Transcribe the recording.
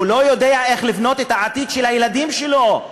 הוא לא יודע איך לבנות את העתיד של הילדים שלו.